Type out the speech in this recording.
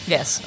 Yes